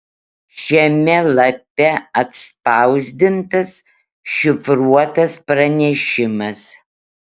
šiame lape atspausdintas šifruotas pranešimas